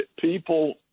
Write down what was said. people